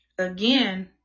again